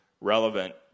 Relevant